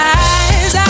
eyes